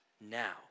now